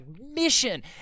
mission